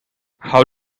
how